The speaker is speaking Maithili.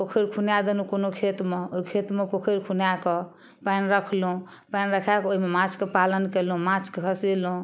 पोखरि खुना देलहुँ कोनो खेतमे ओइ खेतमे पोखरि खुनाकऽ पानि रखलहुँ पानि रखाकऽ ओइमे माछके पालन कयलहुँ माछ खसेलहुँ